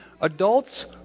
Adults